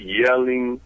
yelling